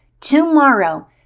tomorrow